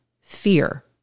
fear